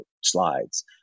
slides